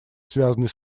связанный